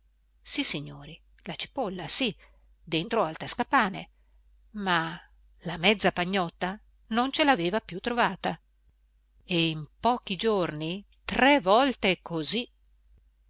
sissignori la cipolla sì dentro al tascapane ma la mezza pagnotta non ce l'aveva più trovata e in pochi giorni tre volte così